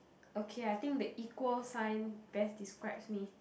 okay I think the equal sign best describes me